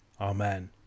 Amen